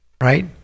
Right